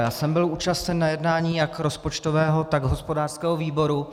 Byl jsem účasten na jednání jak rozpočtového, tak hospodářského výboru.